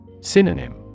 synonym